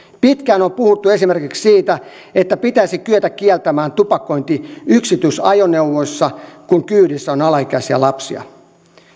pitkään on puhuttu esimerkiksi siitä että pitäisi kyetä kieltämään tupakointi yksityisajoneuvoissa kun kyydissä on alaikäisiä lapsia